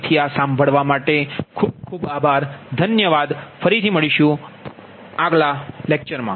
તેથી આ સાંભળવા માટે ખૂબ ખૂબ આભાર